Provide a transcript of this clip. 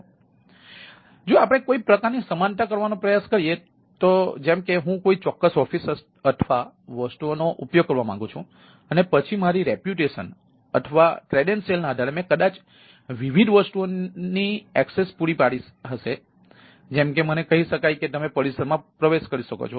તેથી જો આપણે કોઈ પ્રકારની સમાનતા કરવાનો પ્રયાસ કરીએ તો જેમ કે હું કોઈ ચોક્કસ ઓફિસ અથવા વસ્તુઓનો ઉપયોગ કરવા માંગુ છું